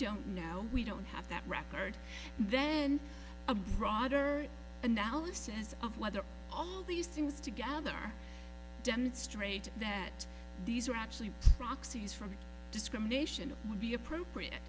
don't know we don't have that record then a broader analysis of whether all of these things together demonstrate that these are actually proxies from discrimination would be appropriate